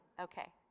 Okay